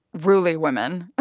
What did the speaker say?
ruly women.